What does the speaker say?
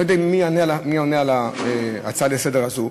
אני לא יודע מי עונה על ההצעה הזו לסדר-היום,